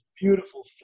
beautiful